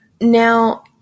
Now